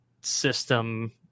system